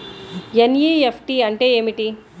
NEFT అంటే ఏమిటి?